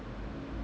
ஆமா:aamaa